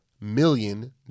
million